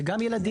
זה גם ילדים.